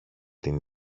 την